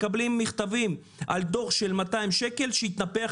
מקבלים מכתבים על דוח של 200 שקל שהתנפח